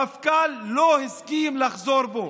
המפכ"ל לא הסכים לחזור בו.